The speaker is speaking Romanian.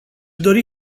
dori